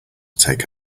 take